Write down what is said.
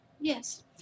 Yes